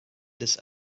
this